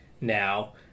now